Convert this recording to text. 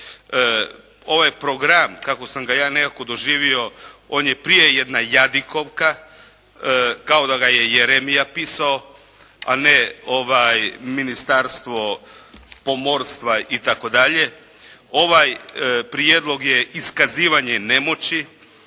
Ovaj program kako sam ga ja nekako doživio, on je prije jedna jadikovka, kao da ga je Jeremija pisao, a ne Ministarstvo pomorstva itd. Ovaj prijedlog je iskazivanje nemoći